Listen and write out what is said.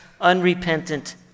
unrepentant